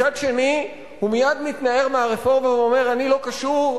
מצד שני הוא מייד מתנער מהרפורמה ואומר: אני לא קשור,